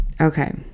Okay